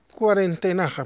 cuarentena